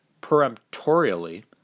peremptorily